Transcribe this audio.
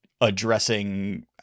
addressing